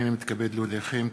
הנני מתכבד להודיעכם,